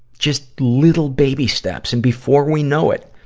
just little baby steps, and before we know it,